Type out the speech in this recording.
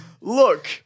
Look